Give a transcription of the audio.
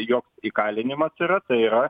joks įkalinimas yra tai yra